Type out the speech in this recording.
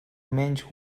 menys